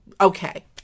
Okay